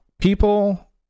People